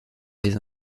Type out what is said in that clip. les